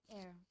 air